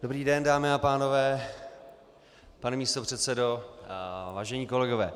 Dobrý den, dámy a pánové, pane místopředsedo, vážení kolegové.